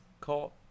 call